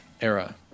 era